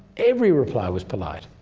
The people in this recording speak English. every reply was polite.